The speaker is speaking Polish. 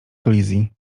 kolizji